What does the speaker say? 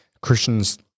Christians